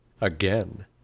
again